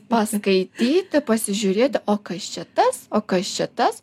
paskaityti pasižiūrėti o kas čia tas o kas čia tas